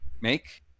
make